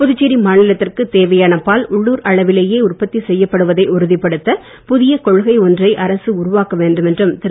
புதுச்சேரி மாநிலத்திற்குத் தேவையான பால் உள்ளுர் அளவிலேயே உற்பத்தி செய்யப்படுவதை உறுதிப்படுத்த புதிய கொள்கை ஒன்றை அரசு உருவாக்க வேண்டும் என்றும் திரு